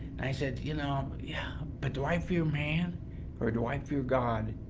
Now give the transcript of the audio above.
i said, you know, yeah, but do i fear man or do i fear god?